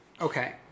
Okay